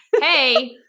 hey